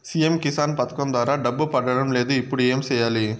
CM Kisan పథకం ద్వారా డబ్బు పడడం లేదు ఇప్పుడు ఏమి సేయాలి